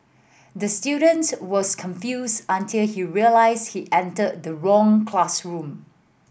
the student was confused until he realised he entered the wrong classroom